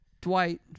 Dwight